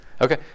Okay